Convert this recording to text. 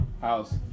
house